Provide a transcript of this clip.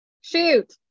Shoot